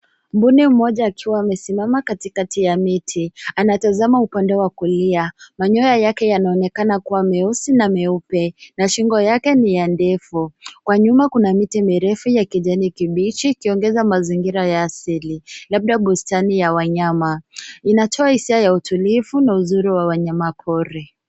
Mbuni mmoja akiwa amesimama katikati ya miti anatazama upande wa kulia. Manyoya yake yanaonekana kuwa meusi na meupe na shingo yake ni ya ndefu. Kwa nyuma, kuna miti mirefu ya kijani kibichi ikiongeza mazingira ya asili labda bustani ya wanyama. Inatoa hisia ya utulivu na uzuri wa wanyama pori.